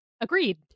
Agreed